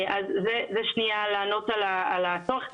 אז זה שנייה לענות על הצורך.